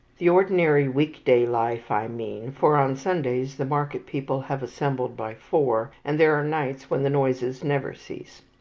the ordinary week-day life, i mean, for on sundays the market people have assembled by four, and there are nights when the noises never cease.